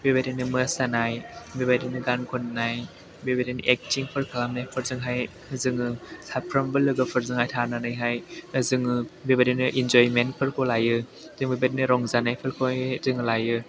बेबायदिनो मोसानाय बेबायदिनो गान खननाय बेबायदिनो एक्टिंफोर खालामनायफोरजोंहाय जोङो साफ्रोमबो लोगोफोरजोंहाय थानानैहाय जोङो बेबायदिनो इनज'यमेन्ट फोरखौ लायो जों बेबायदिनो रंजानायफोरखौहाय जोङो लायो